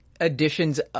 additions